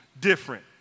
different